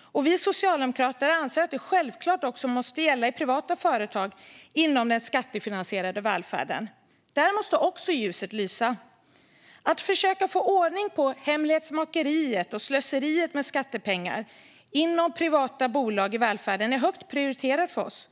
Och vi socialdemokrater anser att detta självklart också måste gälla i privata företag inom den skattefinansierade välfärden. Där måste också ljuset lysa. Att försöka få ordning på hemlighetsmakeriet och slöseriet med skattepengar inom privata bolag i välfärden är högt prioriterat för oss.